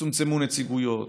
צומצמו נציגויות,